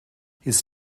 his